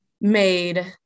made